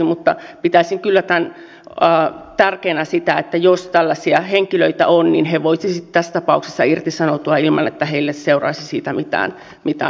mutta pitäisin kyllä tärkeänä sitä että jos tällaisia henkilöitä on niin he voisivat tässä tapauksessa irtisanoutua ilman että heille seuraisi siitä mitään ongelmia